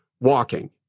walking